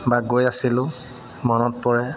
বা গৈ আছিলোঁ মনত পৰে